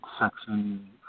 section